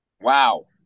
Wow